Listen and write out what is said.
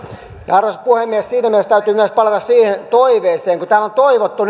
arvoisa puhemies siinä mielessä täytyy myös palata siihen toiveeseen kun täällä on toivottu